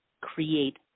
create